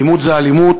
אלימות זה אלימות,